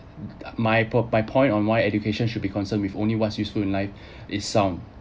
my point my point on why education should be concerned with only what's useful life is sound